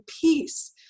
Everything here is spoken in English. peace